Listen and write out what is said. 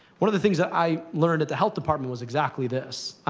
one of the things that i learned at the health department was exactly this,